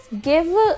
give